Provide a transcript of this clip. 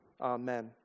Amen